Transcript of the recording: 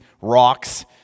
rocks